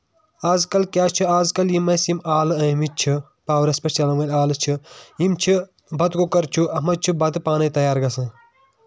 آز کل کیٚاہ چھُ آز کَل یِم اَسہِ یِم آلہٕ آمٕتۍ چھِ پاورَس پٮ۪ٹھ چلان وٲلۍ آلہٕ چھِ یِم چھِ بَتہٕ کُکر چھُ اَتھ منٛز چھُ بَتہٕ پانے تَیار گژھان